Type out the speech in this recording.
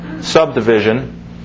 subdivision